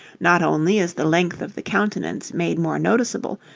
not only is the length of the countenance made more noticeable,